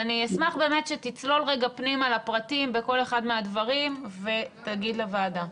אשמח שתצלול רגע פנימה לפרטים בכל אחד מהדברים ותגיד לוועדה.